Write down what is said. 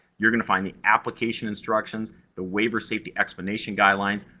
you're gonna find the application instructions, the waiver safety explanation guidelines.